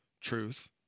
truth